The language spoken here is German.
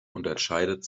unterscheidet